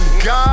God